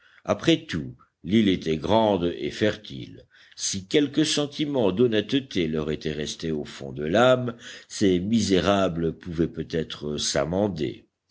après tout l'île était grande et fertile si quelque sentiment d'honnêteté leur était resté au fond de l'âme ces misérables pouvaient peut-être